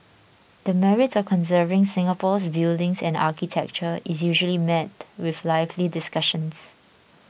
the merits of conserving Singapore's buildings and architecture is usually met with lively discussions